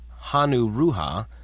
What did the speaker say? Hanuruha